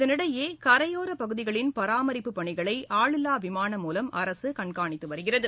இதனிடையே கரையோர பகுதிகளின் பராமரிப்பு பணிகளை ஆளில்லா விமானம் மூலம் அரசு கண்காணித்து வருகிறது